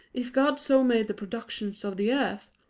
if god so made the productions of the earth,